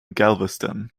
galveston